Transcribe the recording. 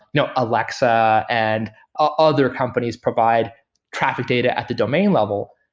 you know alexa and other companies provide traffic data at the domain level.